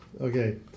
okay